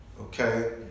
okay